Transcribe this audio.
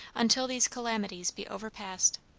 until these calamities be overpast